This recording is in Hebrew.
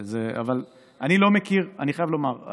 אני לא מכיר, אני חייב לומר,